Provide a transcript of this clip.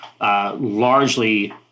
largely